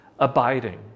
abiding